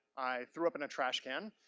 i threw up in a trash can.